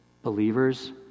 believers